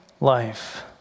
life